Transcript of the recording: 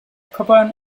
cwpan